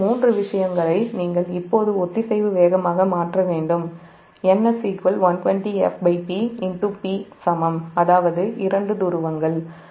இந்த மூன்று விஷயங்களை நீங்கள் இப்போது ஒத்திசைவு வேகமாக மாற்ற வேண்டும் Ns 120fpP சமம் அதாவது 2 துருவங்கள் 3000rpm